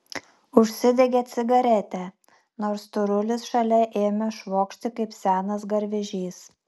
užsidegė cigaretę nors storulis šalia ėmė švokšti kaip senas garvežys